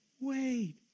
wait